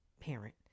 parent